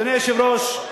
אדוני היושב-ראש,